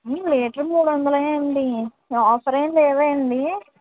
litre మూడు వందలా అండి ఆఫర్ ఏం లేదా అండి